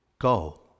Go